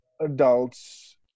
Adults